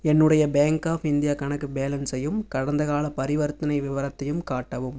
என்னுடைய bank of India கணக்கு பேலன்ஸையும் கடந்தகால பரிவர்த்தனை விவரத்தையும் காட்டவும்